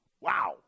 Wow